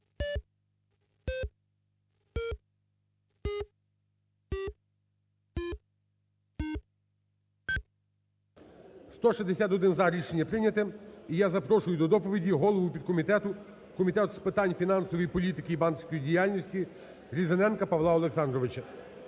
За-161 Рішення прийнято. І я запрошую до доповіді голову підкомітету Комітету з питань фінансової політики і банківської діяльності Різаненка Павла Олександровича.